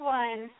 one